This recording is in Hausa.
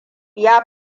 ya